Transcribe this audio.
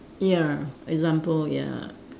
ya example ya